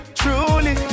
truly